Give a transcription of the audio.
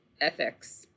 ethics